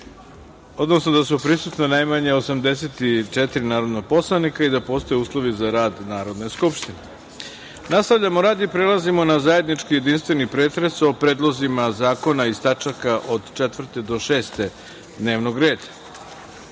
odnosno da su prisutna najmanje 84 narodna poslanika i da postoje uslovi za rad Narodne skupštine. Nastavljamo rad i prelazimo na zajednički jedinstveni pretres o predlozima zakona iz tačaka od 4. do 6. dnevnog